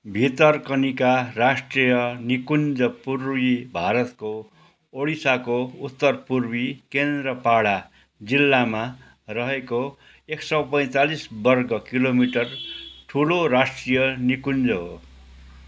भितरकनिका राष्ट्रिय निकुञ्ज पूर्वी भारतको ओडिसाको उत्तरपूर्वी केन्द्रपाडा जिल्लामा रहेको एक सय पैतालिस वर्ग किलोमिटर ठुलो राष्ट्रिय निकुञ्ज हो